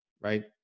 right